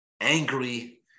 angry